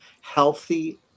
healthy